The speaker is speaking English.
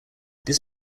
this